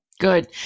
Good